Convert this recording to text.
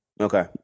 okay